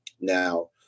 Now